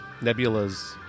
Nebula's